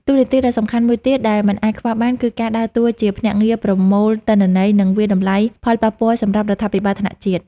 តួនាទីដ៏សំខាន់មួយទៀតដែលមិនអាចខ្វះបាន គឺការដើរតួជាភ្នាក់ងារប្រមូលទិន្នន័យ និងវាយតម្លៃផលប៉ះពាល់សម្រាប់រដ្ឋាភិបាលថ្នាក់ជាតិ។